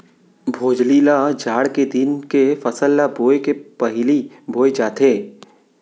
भोजली ल जाड़ के दिन के फसल ल बोए के पहिली बोए जाथे